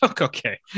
Okay